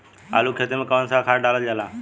आलू के खेती में कवन सा खाद डालल जाला?